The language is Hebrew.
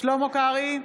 שלמה קרעי,